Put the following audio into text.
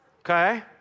okay